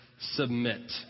submit